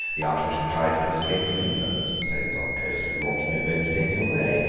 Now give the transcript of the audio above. the archbishop tried to escape from england. the sailors on the coast would launch no boat to take him away.